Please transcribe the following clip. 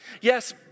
Yes